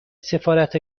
سفارت